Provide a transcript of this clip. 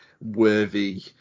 worthy